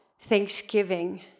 thanksgiving